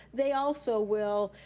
they also will,